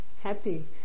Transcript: happy